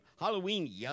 Halloween